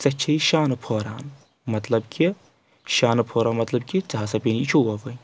ژےٚ چھِی شانہٕ پھوران مطلب کہِ شانہٕ پھوران مطلب کہِ ژےٚ ہَسا پیٚنے چوب وَنۍ